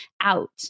out